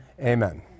amen